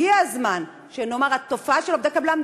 הגיע הזמן שנאמר שהתופעה של עובדי קבלן,